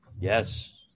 Yes